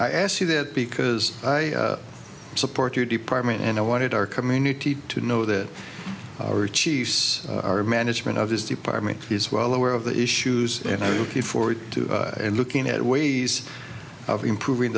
i ask you that because i support your department and i wanted our community to know that our chiefs our management of this department is well aware of the issues and i was looking forward to looking at ways of improving